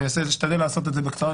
אני אשתדל לעשות את זה בקצרה,